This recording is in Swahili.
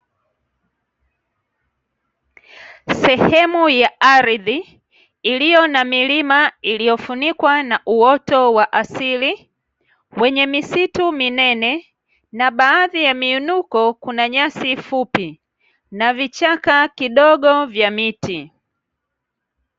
Sehemu ya ardhi iliyo na milima iliyofunikwa na uoto wa asili wenye misitu minene, na baadhi ya miinuko kuna nyasi fupi na vichaka kidogo vya miti.